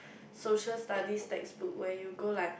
Social Studies textbooks where you go like